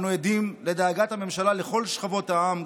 אנו עדים לדאגת הממשלה לכל שכבות העם,